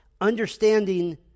Understanding